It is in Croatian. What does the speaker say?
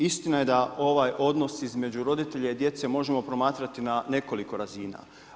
Istina je da ovaj odnos između roditelja i djece možemo promatrati na nekoliko razina.